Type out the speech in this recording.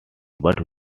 but